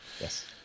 Yes